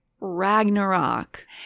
Ragnarok